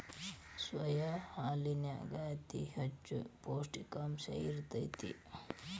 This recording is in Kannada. ಸೋಯಾ ಹಾಲನ್ಯಾಗ ಅತಿ ಹೆಚ್ಚ ಪೌಷ್ಟಿಕಾಂಶ ಇರ್ತೇತಿ